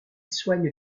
soigne